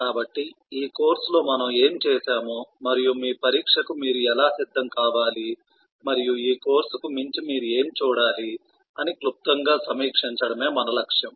కాబట్టి ఈ కోర్సులో మనము ఏమి చేసామో మరియు మీ పరీక్షకు మీరు ఎలా సిద్ధం కావాలి మరియు ఈ కోర్సుకు మించి మీరు ఏమి చూడాలి అని క్లుప్తంగా సమీక్షించడమే మన లక్ష్యం